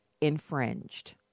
infringed